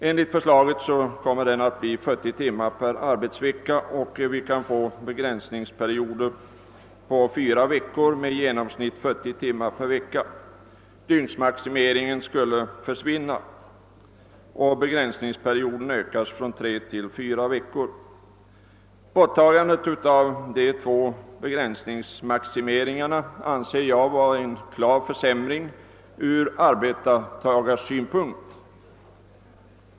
Enligt förslaget blir den ordinarie arbetstiden 40 timmar per vecka, och vi kan få begränsningsperioder på fyra veckor med i genomsnitt 40 timmar per vecka. Dygnsmaximeringen skall försvinna, och begränsningsperioden ökas från 3 till 4 veckor. Borttagandet av dessa två begränsningsmaximeringar anser jag vara en klar försämring ur arbetstagarsynpunkt.